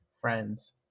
friends